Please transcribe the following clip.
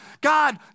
God